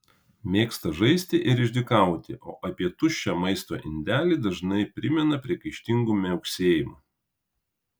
mėgsta žaisti ir išdykauti o apie tuščią maisto indelį dažnai primena priekaištingu miauksėjimu